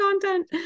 content